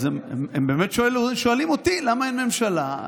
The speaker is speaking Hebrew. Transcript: הם באמת שואלים אותי למה אין ממשלה.